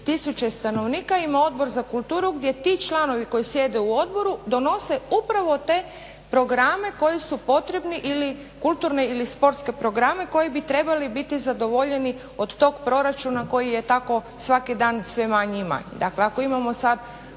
tisuće stanovnika, ima Odbor za kulturu gdje ti članovi koji sjede u odboru donose upravo te programe koji su potrebni ili kulturni ili sportski programe koji bi trebali biti zadovoljeni od tog proračuna koji je tako svaki dan sve manji i manji. Dakle ako imamo sad